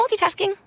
multitasking